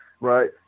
Right